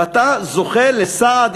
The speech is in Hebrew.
ואתה זוכה לסעד,